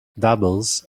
doubles